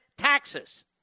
taxes